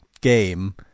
game